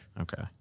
okay